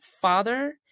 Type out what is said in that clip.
father